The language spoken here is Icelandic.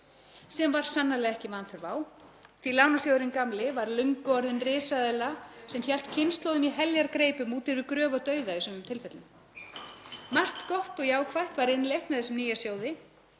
sem var sannarlega ekki vanþörf á því lánasjóðurinn gamli var löngu orðinn risaeðla sem hélt kynslóðum í heljargreipum út yfir gröf og dauða í sumum tilfellum. Margt gott og jákvætt var innleitt með þessum nýja sjóði.